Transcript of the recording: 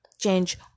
change